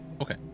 Okay